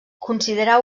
considerar